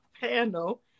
panel